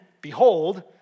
behold